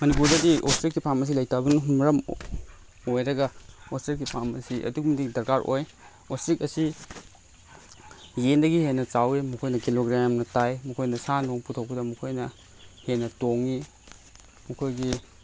ꯃꯅꯤꯄꯨꯔꯗꯗꯤ ꯑꯣꯁꯇ꯭ꯔꯤꯁꯀꯤ ꯐꯥꯝ ꯑꯁꯤ ꯂꯩꯇꯕꯅ ꯃꯔꯝ ꯑꯣꯏꯔꯒ ꯑꯣꯁꯇ꯭ꯔꯤꯁꯀꯤ ꯐꯥꯝ ꯑꯁꯤ ꯑꯗꯨꯛꯀꯤ ꯃꯇꯤꯛ ꯗꯔꯀꯥꯔ ꯑꯣꯏ ꯑꯣꯁꯇ꯭ꯔꯤꯁ ꯑꯁꯤ ꯌꯦꯟꯗꯒꯤ ꯍꯦꯟꯅ ꯆꯥꯎꯋꯤ ꯃꯈꯣꯏꯅ ꯀꯤꯂꯣꯒ꯭ꯔꯥꯝ ꯌꯥꯝꯅ ꯇꯥꯏ ꯃꯈꯣꯏꯅ ꯁꯥ ꯅꯨꯡ ꯄꯨꯊꯣꯛꯄꯗ ꯃꯈꯣꯏꯅ ꯍꯦꯟꯅ ꯇꯣꯡꯉꯤ ꯃꯈꯣꯏꯒꯤ